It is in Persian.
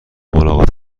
ملاقات